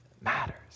matters